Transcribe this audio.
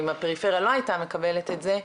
אם הפריפריה לא הייתה מקבלת את זה,